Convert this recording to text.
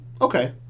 Okay